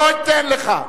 לא אתן לך.